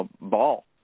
ball